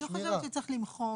אני לא חושבת שצריך למחוק,